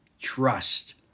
trust